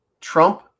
Trump